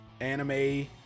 anime